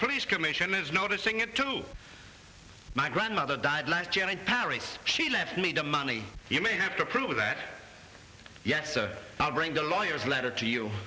police commission is noticing it too my grandmother died last year and paris she left me the money you may have to prove that yes i'll bring the lawyer's letter to you